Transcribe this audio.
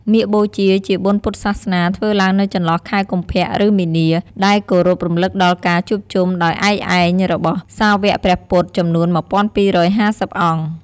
មាឃបូជា ជាបុណ្យពុទ្ធសាសនាធ្វើឡើងនៅចន្លោះខែកុម្ភៈ ឬមីនា ដែលគោរពរំលឹកដល់ការជួបជុំដោយឯកឯងរបស់សាវ័កព្រះពុទ្ធ ចំនួន១,២៥០ អង្គ។